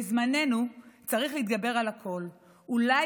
בזמננו צריך להתגבר על הכול! אולי